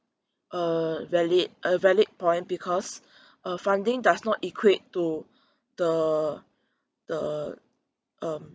a valid a valid point because uh funding does not equate to the the um